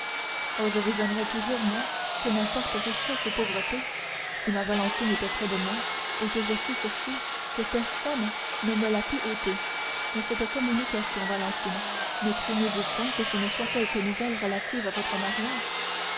oh je vous aimerai toujours moi que m'importe richesse ou pauvreté si ma valentine était près de moi et que je fusse sûr que personne ne me la pût ôter mais cette communication valentine ne craignez-vous point que ce ne soit quelque nouvelle relative à votre mariage